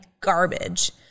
garbage